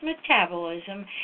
metabolism